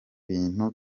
bintu